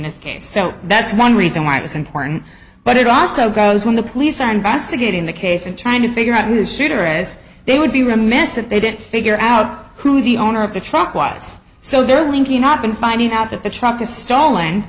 this case so that's one reason why it was important but it also goes when the police are investigating the case and trying to figure out who the shooter as they would be remiss if they didn't figure out who the owner of the truck was so they're linking up in finding out that the truck is st